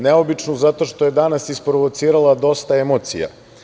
Neobičnu zato što je danas isprovocirala dosta emocija.